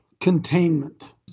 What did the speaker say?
containment